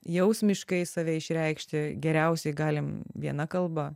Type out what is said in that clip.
jausmiškai save išreikšti geriausiai galim viena kalba